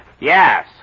Yes